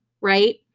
right